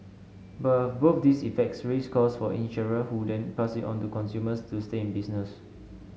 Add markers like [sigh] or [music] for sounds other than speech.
[unintelligible] both these effects raise costs for insurer who then pass it on to consumers to stay in business